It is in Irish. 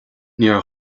níor